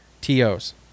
TOs